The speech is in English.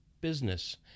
business